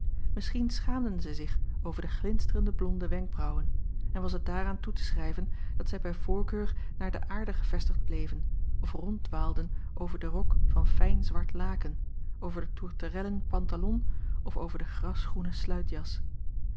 misschien schaamden zij zich over de glinsterende blonde wenkbraauwen en was het daaraan toe te schrijven dat zij bij voorkeur naar de aarde gevestigd bleven of ronddwaalden over den rok van fijn zwart laken over den tourterellen pantalon of over de grasgroene sluitjas